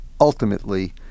ultimately